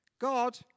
God